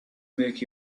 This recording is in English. make